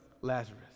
Lazarus